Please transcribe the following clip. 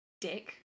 Dick